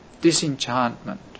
disenchantment